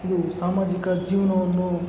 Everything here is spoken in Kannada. ಇದು ಸಾಮಾಜಿಕ ಜೀವನವನ್ನು